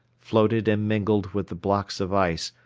floated and mingled with the blocks of ice,